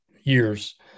years